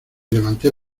levanté